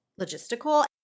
logistical